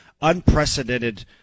unprecedented